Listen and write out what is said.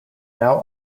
now